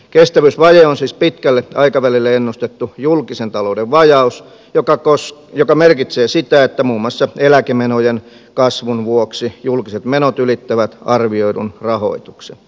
kestävyysvaje on siis pitkälle aikavälille ennustettu julkisen talouden vajaus joka merkitsee sitä että muun muassa eläkemenojen kasvun vuoksi julkiset menot ylittävät arvioidun rahoituksen